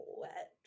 wet